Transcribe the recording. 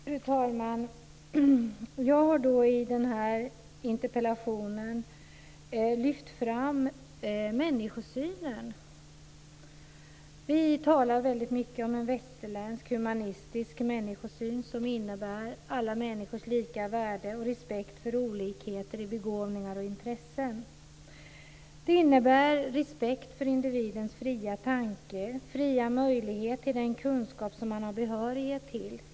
Fru talman! Jag har i den här interpellationen lyft fram människosynen. Vi talar väldigt mycket om en västerländsk, humanistisk människosyn som innebär alla människors lika värde och respekt för olikheter i begåvningar och intressen. Det innebär respekt för individens fria tanke och fria möjlighet till den kunskap som man har behörighet till.